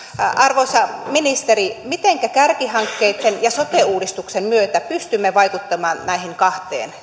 arvoisa ministeri mitenkä kärkihakkeitten ja sote uudistuksen myötä pystymme vaikuttamaan näihin kahteen